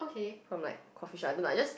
from like coffeeshop I don't know just